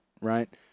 right